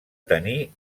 tenir